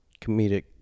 comedic